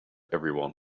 everyone